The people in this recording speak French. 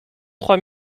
trois